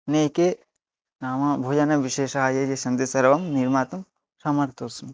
नैके नाम भोजनविशेषाः ये ये सन्ति सर्वं निर्मातुं समर्थोस्मि